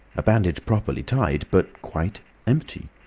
a bandage properly tied but quite empty.